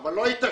אבל לא יתכן